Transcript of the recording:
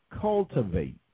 cultivate